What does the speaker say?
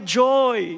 joy